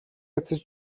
эцэст